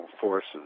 forces